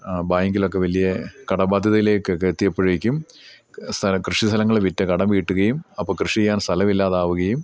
ബേങ്കിലൊക്കെ വലിയ കടബാധ്യതയിലേക്കൊക്കെ എത്തിയപ്പോഴേക്കും സ്ഥലം കൃഷിസ്ഥലങ്ങൾ വിറ്റ് കടം വീട്ടുകയും അപ്പോൾ കൃഷി ചെയ്യാൻ സ്ഥലമില്ലാതാവുകയും